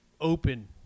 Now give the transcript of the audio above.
open